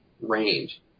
range